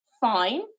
Fine